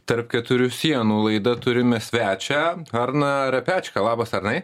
tarp keturių sienų laida turime svečią arną rapečką labas arnai